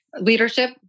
leadership